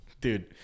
Dude